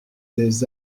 des